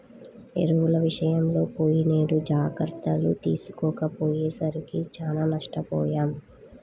ఎరువుల విషయంలో పోయినేడు జాగర్తలు తీసుకోకపోయేసరికి చానా నష్టపొయ్యాం